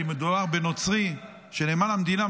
כי מדובר בנוצרי שנאמן למדינה,